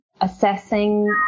assessing